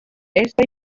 esta